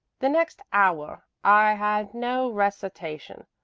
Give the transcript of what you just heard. the next hour i had no recitation,